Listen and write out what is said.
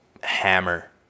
hammer